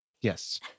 Yes